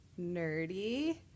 nerdy